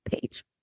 page